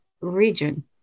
region